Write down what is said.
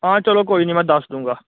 ਹਾਂ ਚਲੋ ਕੋਈ ਨਹੀਂ ਮੈ ਦਸ ਦਉਂਗਾ